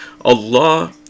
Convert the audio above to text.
Allah